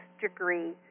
degree